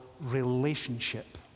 relationship